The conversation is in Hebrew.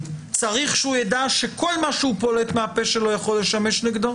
צריך שהוא ידע שכל מה שהוא פולט מהפה שלו יכול לשמש נגדו?